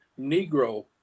Negro